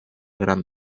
gran